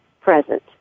present